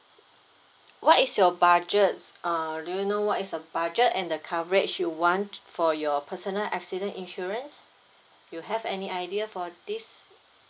what is your budget err do you know what is your budget and the coverage you want for your personal accident insurance you have any idea for this